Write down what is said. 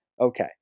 Okay